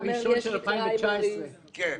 הראשון של 2019. כן.